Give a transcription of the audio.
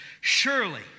Surely